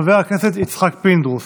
חבר הכנסת יצחק פינדרוס,